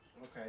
Okay